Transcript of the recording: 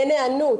אין היענות.